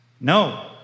No